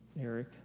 Eric